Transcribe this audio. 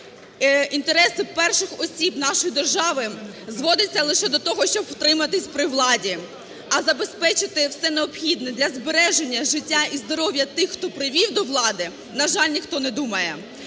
інтереси перших осіб нашої держави зводяться лише до того, щоб втриматися при владі, а забезпечити все необхідне для збереження життя і здоров'я тих, хто привів до влади, на жаль, ніхто не думає.